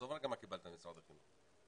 עזוב רגע מה קיבלת ממשרד החינוך.